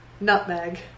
nutmeg